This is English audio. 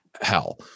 hell